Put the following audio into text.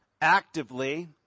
actively